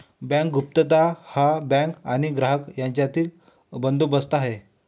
bank गुप्तता हा bank आणि ग्राहक यांच्यातील बंदोबस्त आहे